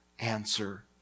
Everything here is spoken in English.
answer